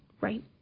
right